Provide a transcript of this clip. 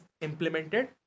implemented